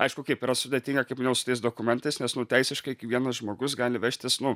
aišku kaip yra sudėtinga kaip minėjau su tais dokumentais nes nu teisiškai vienas žmogus gali vežtis nu